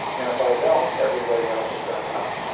and if i don't, everybody else is going to know.